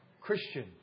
Christian